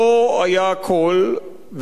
לא היה קול,